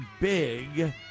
big